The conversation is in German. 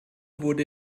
wurde